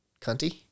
cunty